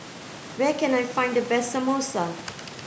where can I find the best Samosa